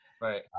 Right